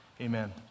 Amen